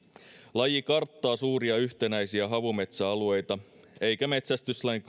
laji karttaa suuria yhtenäisiä havumetsäalueita eikä metsästyslain